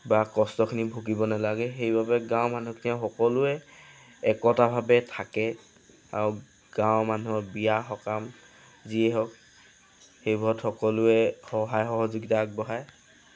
বা কষ্টখিনি ভুগিব নালাগে সেইবাবে গাঁৱৰ মানুহখিনিয়ে সকলোৱে একটাভাৱে থাকে আৰু গাঁৱৰ মানুহ বিয়া সকাম যিয়ে হওক সেইবোৰত সকলোৱে সহায় সহযোগিতা আগবঢ়ায়